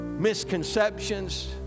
Misconceptions